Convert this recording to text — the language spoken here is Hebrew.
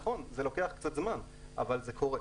נכון, זה לוקח קצת זמן אבל זה קורה.